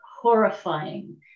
horrifying